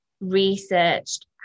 researched